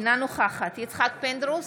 אינה נוכחת יצחק פינדרוס,